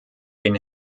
den